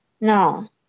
No